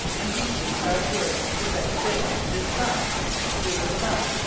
an equally bad word for the same thing is sum do the sum,